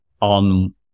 on